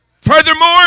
Furthermore